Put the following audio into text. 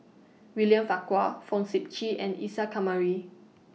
William Farquhar Fong Sip Chee and Isa Kamari